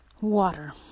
Water